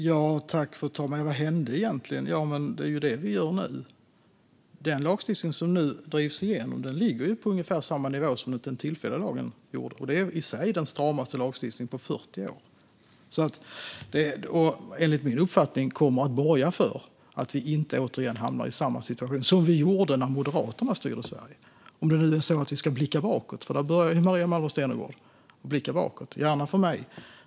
Fru talman! Ja, vad hände egentligen? Ja, men det är ju detta vi gör nu. Den lagstiftning som nu drivs igenom ligger på ungefär samma nivå som den tillfälliga lagen gjorde, och det är i sig den stramaste lagstiftningen på 40 år. Enligt min uppfattning kommer den att borga för att vi inte hamnar i samma situation som vi hamnade i när Moderaterna styrde Sverige - om vi nu ska blicka bakåt. Maria Malmer Stenergard började ju med att blicka bakåt. Gärna för mig!